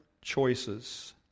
choices